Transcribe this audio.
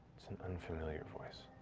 it's an unfamiliar voice.